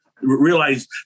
Realize